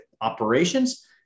operations